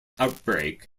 outbreak